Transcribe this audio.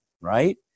right